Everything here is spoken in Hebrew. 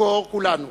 נזכור כולנו